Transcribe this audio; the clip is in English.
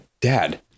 dad